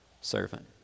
servant